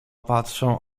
patrzą